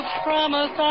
promise